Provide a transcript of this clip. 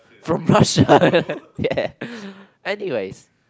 from Russia ya anyways